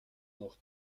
noch